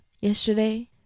yesterday